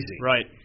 Right